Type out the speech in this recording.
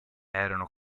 erano